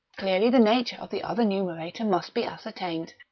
clearly, the nature of the other numerator must be ascertained.